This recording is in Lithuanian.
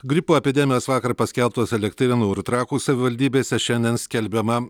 gripo epidemijos vakar paskelbtos elektrėnų ir trakų savivaldybėse šiandien skelbiama